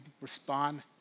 respond